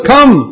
Come